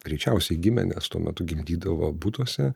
greičiausiai gimė nes tuo metu gimdydavo butuose